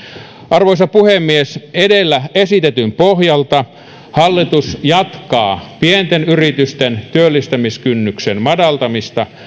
arvoisa puhemies edellä esitetyn pohjalta hallitus jatkaa pienten yritysten työllistämiskynnyksen madaltamista